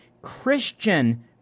Christian